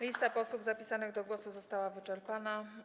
Lista posłów zapisanych do głosu została wyczerpana.